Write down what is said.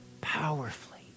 powerfully